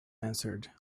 answered